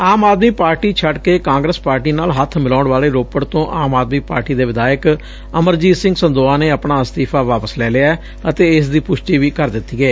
ਆਮ Aadmi Party ਛੱਡ ਕੇ Congress party ਨਾਲ ਹੱਬ ਮਿਲਾਉਣ ਵਾਲੇ ਰੋਪੜ ਤੋਂ ਆਮ ਆਦਮੀ ਪਾਰਟੀ ਦੇ ਵਿਧਾਇਕ ਅਮਰਜੀਤ ਸਿੰਘ ਸੰਦੋਆ ਨੇ ਆਪਣਾ ਅਸਤੀਫਾ ਵਾਪਸ ਲੈ ਲਿਐ ਅਤੇ ਇਸਦੀ ਪੁਸ਼ਟੀ ਵੀ ਕਰ ਦਿੱਤੀ ਏ